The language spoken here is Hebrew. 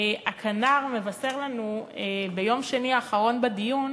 הכנ"ר מבשר לנו ביום שני האחרון בדיון,